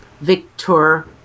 Victor